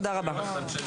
תודה רבה.